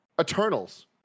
Eternals